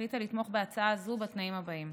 החליטה לתמוך בהצעה זו בתנאים הבאים: